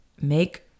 make